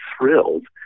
thrilled